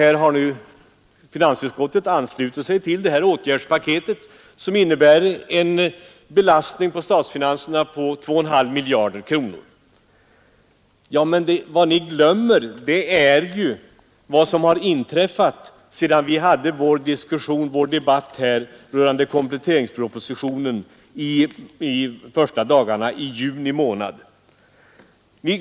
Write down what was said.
Man har anslutit sig till ett åtgärdspaket som innebär en belastning på statsfinanserna med 2,5 miljarder kronor, Men då glömmer oppositionen vad som inträffat sedan vi hade vår debatt rörande kompletteringspropositionen de första dagarna i juni månad.